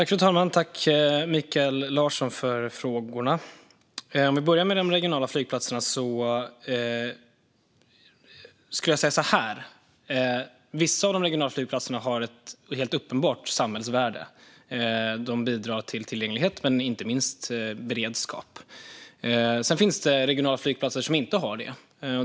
Fru talman! Tack, Mikael Larsson, för frågorna! Om vi börjar med de regionala flygplatserna har vissa av dem ett uppenbart samhällsvärde. De bidrar till tillgänglighet men inte minst beredskap. Sedan finns det regionala flygplatser som inte har ett samhällsvärde.